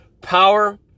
power